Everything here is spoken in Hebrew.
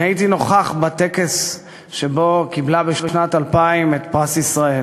אני הייתי נוכח בטקס בשנת 2000 שבו קיבלה את פרס ישראל.